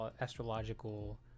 astrological